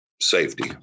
safety